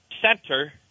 center